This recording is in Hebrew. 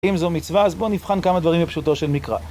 אם זו מצווה, אז בוא נבחן כמה דברים בפשוטו של מקרא.